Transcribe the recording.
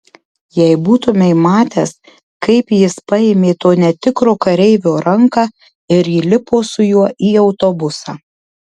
jei būtumei matęs kaip jis paėmė to netikro kareivio ranką ir įlipo su juo į autobusą